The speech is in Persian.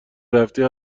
رفتی